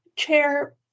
chair